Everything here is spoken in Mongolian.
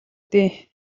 дээ